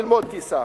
ללמוד טיסה?